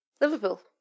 Liverpool